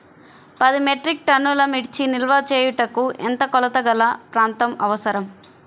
పది మెట్రిక్ టన్నుల మిర్చి నిల్వ చేయుటకు ఎంత కోలతగల ప్రాంతం అవసరం?